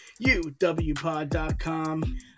uwpod.com